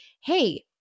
hey